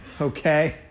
Okay